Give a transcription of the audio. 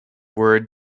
words